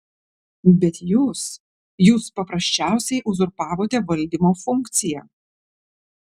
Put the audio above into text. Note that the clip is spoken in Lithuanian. bet jūs jūs paprasčiausiai uzurpavote valdymo funkciją